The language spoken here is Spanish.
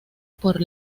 por